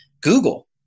Google